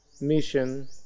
mission